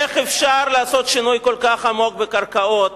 איך אפשר לעשות שינוי כל כך עמוק בקרקעות,